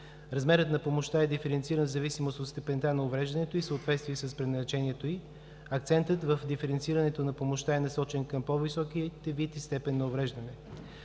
Размерът на помощта е диференциран в зависимост от степента на увреждането и в съответствие с предназначението й. Акцентът в диференцирането на помощта е насочен към по-високите вид и степен на увреждане.